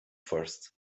first